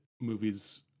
movies